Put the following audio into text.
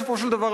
בסופו של דבר,